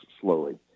slowly